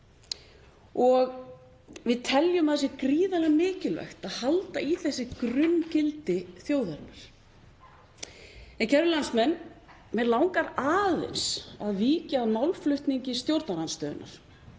Við teljum að það sé gríðarlega mikilvægt að halda í þessi grunngildi þjóðarinnar. En kæru landsmenn. Mig langar aðeins að víkja að málflutningi stjórnarandstöðunnar